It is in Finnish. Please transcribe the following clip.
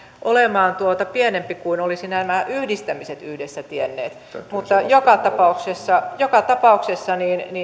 olemaan pienempi kuin olisivat nämä yhdistämiset yhdessä tienneet joka tapauksessa joka tapauksessa